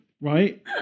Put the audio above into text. right